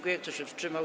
Kto się wstrzymał?